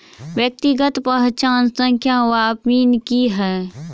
व्यक्तिगत पहचान संख्या वा पिन की है?